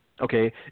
Okay